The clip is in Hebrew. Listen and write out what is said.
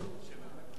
שלוש שנים.